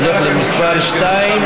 הולך למספר 2,